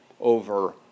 over